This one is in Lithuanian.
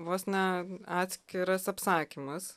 vos ne atskiras apsakymas